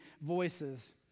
voices